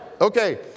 Okay